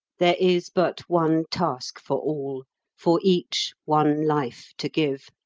there is but one task for all for each one life to give,